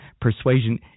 persuasion